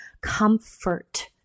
comfort